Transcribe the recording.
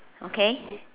okay